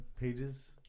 pages